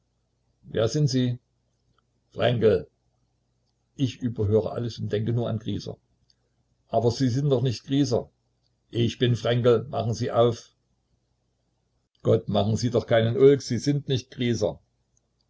wer sind sie fränkel ich überhöre alles und denke nur an grieser aber sie sind doch nicht grieser ich bin fränkel machen sie auf gott machen sie doch keinen ulk sie sind nicht grieser